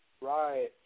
Right